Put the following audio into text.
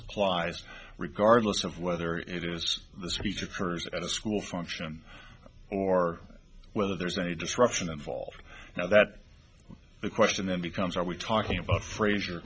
applies regardless of whether it was the speech of hers at a school function or whether there's any disruption involved now that the question then becomes are we talking about frasier